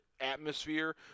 atmosphere